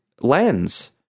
lens